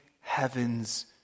heaven's